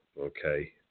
okay